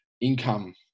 income